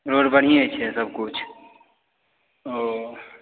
road बढ़िएँ छै सब कुछ ओ